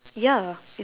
ya it